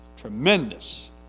tremendous